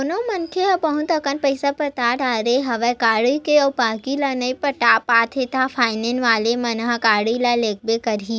कोनो मनखे ह बहुत कन पइसा पटा डरे हवे गाड़ी के अउ बाकी ल नइ पटा पाते हे ता फायनेंस वाले मन ह गाड़ी ल लेगबे करही